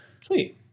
Sweet